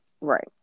Right